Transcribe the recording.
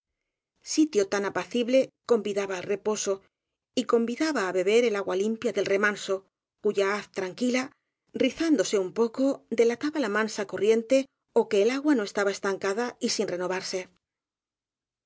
sitio tan apacible convidaba al reposo y convi daba á beber el agua limpia del remanso cuya haz tranquila rizándose un poco delataba la mansa co rriente ó que el agua no estaba estancada y sin